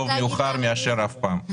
יותר טוב מאוחר מאשר אף פעם.